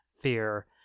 fear